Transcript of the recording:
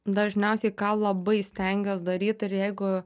dažniausiai ką labai stengiuos daryt tai yra jeigu